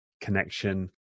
connection